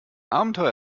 abenteuer